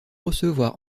recevoir